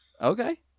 okay